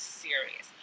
serious